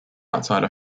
outside